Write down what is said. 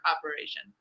operation